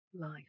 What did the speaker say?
life